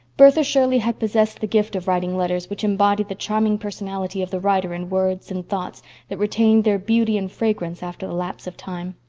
bertha shirley had possessed the gift of writing letters which embodied the charming personality of the writer in words and thoughts that retained their beauty and fragrance after the lapse of time.